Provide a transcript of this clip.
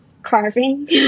carving